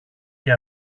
και